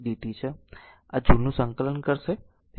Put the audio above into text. તેથી આ joule નું આ સંકલન કરશે